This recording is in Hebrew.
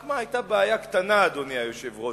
רק מה, היתה בעיה קטנה, אדוני היושב-ראש.